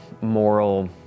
moral